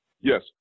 yes